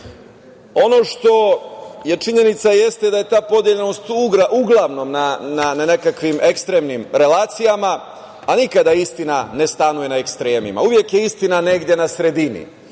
što je činjenica jeste da je ta podeljenost uglavnom na nekakvim ekstremnim relacijama, a nikada istina ne stanuje na ekstremima. Uvek je istina negde na sredini.